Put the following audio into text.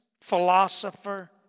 philosopher